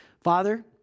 Father